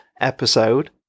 episode